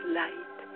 light